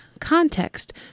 context